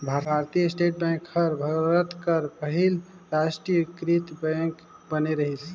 भारतीय state bank हर भारत कर पहिल रास्टीयकृत बेंक बने रहिस